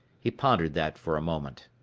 he pondered that for a moment.